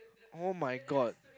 [oh]-my-god